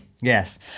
Yes